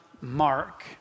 Mark